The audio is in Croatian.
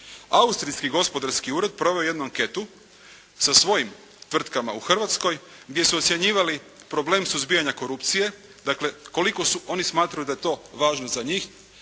Austrijski gospodarski ured je proveo jednu anketu sa svojim tvrtkama u Hrvatskoj, gdje su ocjenjivali problem suzbijanja korupcije, dakle koliko su oni smatrali da je to važno za njih.